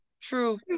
true